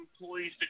employees